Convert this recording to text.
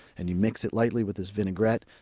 and you mix it lightly with this vinaigrette.